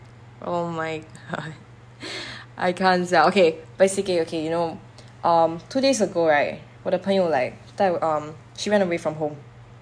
oh my god I can't sia okay basically okay you know um two days ago right 我的朋友 like 带 um she ran away from home